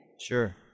sure